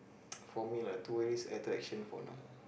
for me lah tourist attraction for now